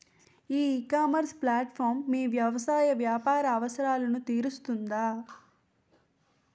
ఈ ecommerce platform మీ వ్యవసాయ వ్యాపార అవసరాలను తీరుస్తుందా?